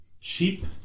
cheap